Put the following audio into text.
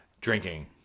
drinking